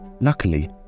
luckily